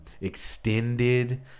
extended